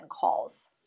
calls